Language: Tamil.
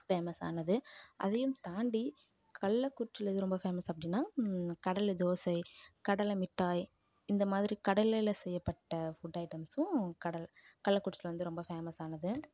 ஃபேமஸ் ஆனது அதையும் தாண்டி கள்ளகுறிச்சியில் எது ரொம்ப ஃபேமஸ் அப்படின்னா கடலை தோசை கடலை முட்டாய் இந்த மாதிரி கடலையில் செய்யப்பட்ட ஃபுட் ஐட்டம்ஸ்ஸும் கட கள்ளக்குறிச்சியில் வந்து ரொம்ப ஃபேமஸ் ஆனது